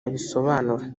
abisobanura